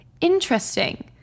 Interesting